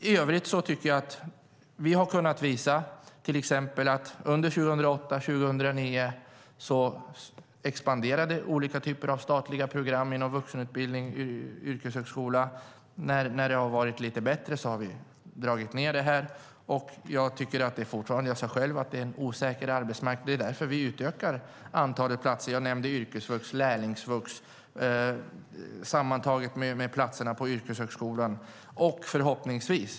I övrigt tycker jag att vi har kunnat visa till exempel att olika typer av statliga program inom vuxenutbildningen och yrkeshögskolan expanderade under 2008 och 2009. När det har varit lite bättre har vi dragit ned på detta. Men jag tycker själv, vilket jag sade, att det fortfarande är en osäker arbetsmarknad. Det är därför som vi utökar antalet platser - jag nämnde yrkesvux och lärlingsvux - tillsammans med platserna på yrkeshögskolan.